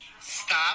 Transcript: Stop